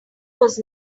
was